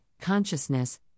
consciousness